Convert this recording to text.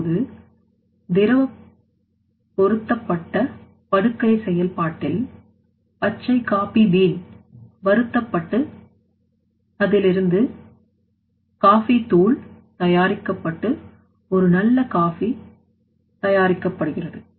இப்போது திரவப் பொருத்தப்பட்ட படுக்கை செயல்பாட்டில் பச்சை காபி பீன் வருத்தப்பட்டு அதிலிருந்து காபி தூள்தயாரிக்கப்பட்டு ஒரு நல்ல காபி தயாரிக்கப்படுகிறது